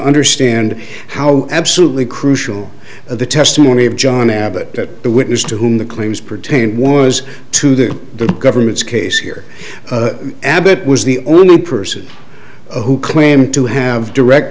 understand how absolutely crucial the testimony of john abbott the witness to whom the claims pertain was to the government's case here abbott was the only person who claimed to have direct